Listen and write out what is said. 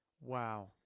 Wow